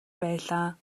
байлаа